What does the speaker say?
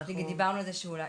אנחנו דיברנו על זה שאולי,